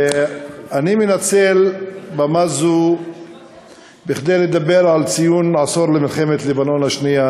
אני מנצל במה זו כדי לדבר על ציון עשור למלחמת לבנון השנייה.